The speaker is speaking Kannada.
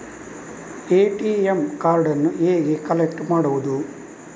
ಎ.ಟಿ.ಎಂ ಕಾರ್ಡನ್ನು ಹೇಗೆ ಕಲೆಕ್ಟ್ ಮಾಡುವುದು?